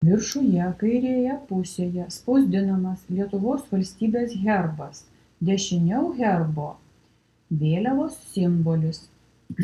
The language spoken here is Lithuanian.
viršuje kairėje pusėje spausdinamas lietuvos valstybės herbas dešiniau herbo vėliavos simbolis